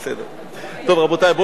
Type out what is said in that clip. טוב, רבותי, בואו נהיה קצת ענייניים.